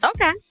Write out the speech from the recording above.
Okay